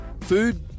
food